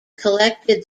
collected